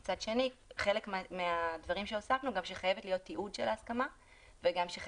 גם הוספנו שחייב להיות תיעוד של ההסכמה ושחייבת